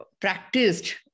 practiced